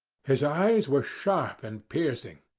his eyes were sharp and piercing,